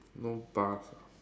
no bus ah